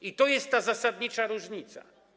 I to jest ta zasadnicza różnica.